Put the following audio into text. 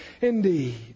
indeed